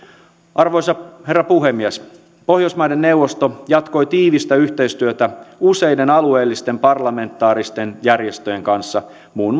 arvoisa herra puhemies pohjoismaiden neuvosto jatkoi tiivistä yhteistyötä useiden alueellisten parlamentaaristen järjestöjen kanssa muun